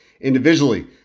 Individually